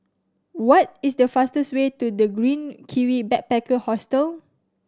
what is the fastest way to The Green Kiwi Backpacker Hostel